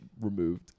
removed